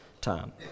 time